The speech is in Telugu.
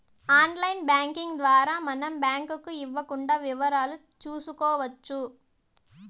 ఆన్లైన్ బ్యాంకింగ్ ద్వారా మనం బ్యాంకు ఇవ్వకుండా వివరాలు చూసుకోవచ్చు